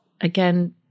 again